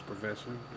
profession